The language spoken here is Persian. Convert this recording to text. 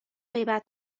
غیبت